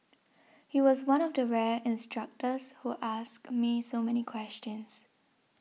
he was one of the rare instructors who asked me so many questions